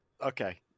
Okay